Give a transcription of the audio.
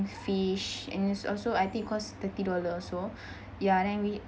fish and is also I think cost thirty dollar also ya then we